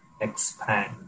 expand